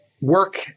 work